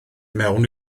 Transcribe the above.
mewn